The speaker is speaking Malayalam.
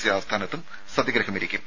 സി ആസ്ഥാനത്തും സത്യഗ്രഹമിരിക്കും